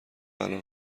الان